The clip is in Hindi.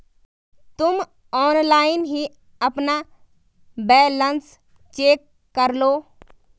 तुम ऑनलाइन ही अपना बैलन्स चेक करलो